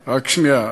ברשותך,